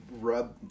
rub